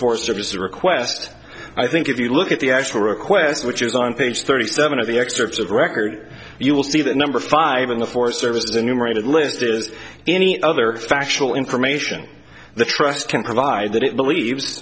forest service request i think if you look at the actual request which is on page thirty seven of the excerpts of record you will see that number five in the forest service the numerated list is any other factual information the trust can provide that it believes